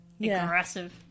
Aggressive